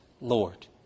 Lord